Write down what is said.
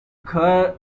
car